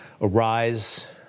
arise